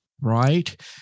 Right